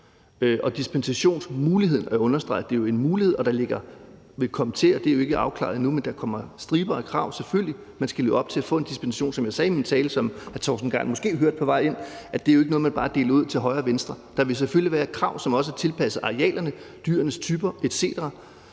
dispensationsmuligheden – og jeg understreger, at det jo er en mulighed – selvfølgelig være striber af krav, som man skal leve op til for at få en dispensation. Som jeg sagde i min tale, som hr. Torsten Gejl måske hørte på vej ind i salen, er det jo ikke noget, man bare deler ud til højre og venstre. Der vil selvfølgelig være krav, som også er tilpasset arealerne, dyrenes typer etc.